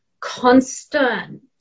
constant